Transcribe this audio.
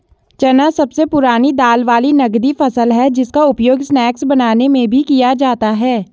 चना सबसे पुरानी दाल वाली नगदी फसल है जिसका उपयोग स्नैक्स बनाने में भी किया जाता है